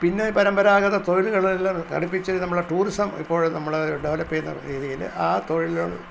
പിന്നെ പരമ്പരാഗത തൊഴിലുകൾ എല്ലാം അടുപ്പിച്ചു നമ്മളുടെ ടൂറിസം ഇപ്പോൾ നമ്മൾ ഡെവലപ്പ് ചെയ്യുന്ന രീതിയിൽ ആ തൊഴിൽ